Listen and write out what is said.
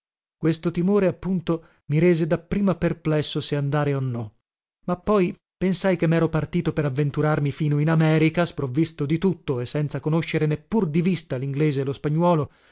questo timore appunto mi rese dapprima perplesso se andare o no ma poi pensai che mero partito per avventurarmi fino in america sprovvisto di tutto e senza conoscere neppur di vista linglese e lo spagnuolo